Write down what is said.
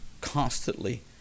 constantly